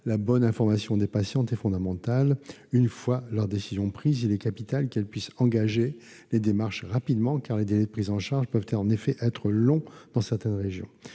la bonne information des patientes est fondamentale. Une fois leur décision prise, il est capital qu'elles puissent engager les démarches rapidement, car les délais de prise en charge peuvent en effet être longs dans certaines régions.